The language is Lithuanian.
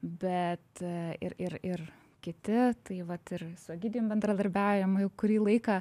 bet ir ir ir kiti tai vat ir su egidijum bendradarbiaujam jau kurį laiką